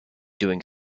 doing